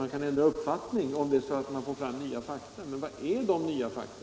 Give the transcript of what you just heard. Man kan ändra uppfattning om det är så att man får fram nya fakta. Men vilka är i så fall dessa nya fakta?